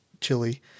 Chili